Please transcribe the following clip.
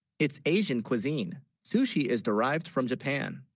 its asian, cuisine sushi, is derived from japan